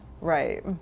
Right